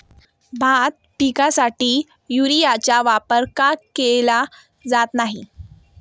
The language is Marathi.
भात पिकासाठी युरियाचा वापर का केला जात नाही?